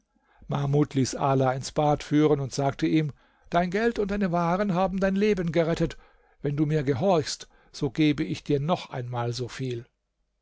mahmud ließ ala ins bad führen und sagte ihm dein geld und deine waren haben dein leben gerettet wenn du mir gehorchst so gebe ich dir noch einmal so viel